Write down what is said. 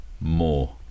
more